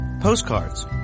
postcards